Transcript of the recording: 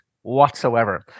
whatsoever